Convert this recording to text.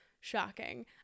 Shocking